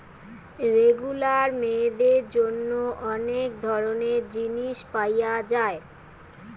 regular মেয়েদের জন্যে অনেক ধরণের জিনিস পায়া যায়